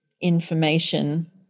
information